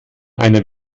einer